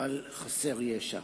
על חסר ישע.